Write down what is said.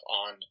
on